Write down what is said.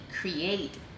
create